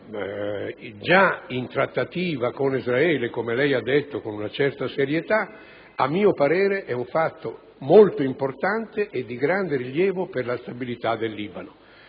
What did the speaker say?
sia già in trattativa con Israele, come da lei affermato con una certa serietà, a mio parere è molto importante e di grande rilievo per la stabilità. Se ho